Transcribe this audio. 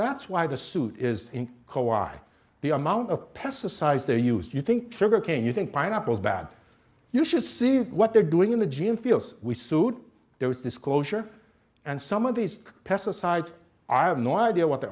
that's why the suit is in co i the amount of pesticides they're used you think sugar cane you think pineapples bad you should see what they're doing in the gene fields we sued those disclosure and some of these pesticides i have no idea what they